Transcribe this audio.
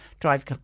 drive